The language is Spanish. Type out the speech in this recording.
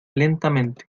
lentamente